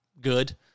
good